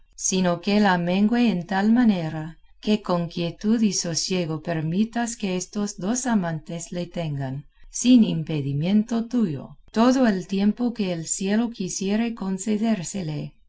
sino que la mengüe en tal manera que con quietud y sosiego permitas que estos dos amantes le tengan sin impedimiento tuyo todo el tiempo que el cielo quisiere concedérsele y en